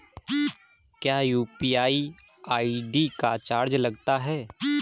क्या UPI ID का charge लगता है?